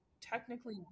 technically